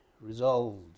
resolved